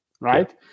right